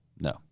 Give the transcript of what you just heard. No